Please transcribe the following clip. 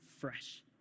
fresh